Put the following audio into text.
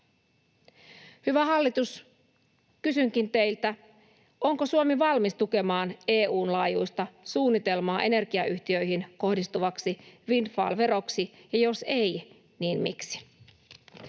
Hyvä hallitus, kysynkin teiltä: onko Suomi valmis tukemaan EU:n laajuista suunnitelmaa energiayhtiöihin kohdistuvaksi windfall-veroksi, ja jos ei, niin miksi?